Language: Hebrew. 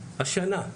השנה,